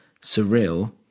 surreal